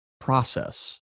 process